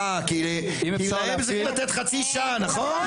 אה, כי להם צריך לתת חצי שעה, נכון?